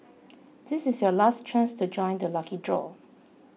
this is your last chance to join the lucky draw